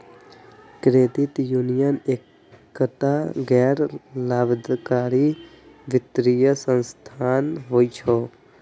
credit union एकटा गैर लाभकारी वित्तीय संस्थान होइ छै